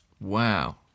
Wow